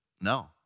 No